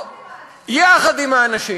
יחד עם האנשים.